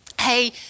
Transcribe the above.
hey